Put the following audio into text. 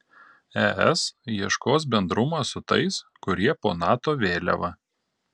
es ieškos bendrumo su tais kurie po nato vėliava